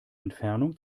entfernung